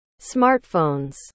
smartphones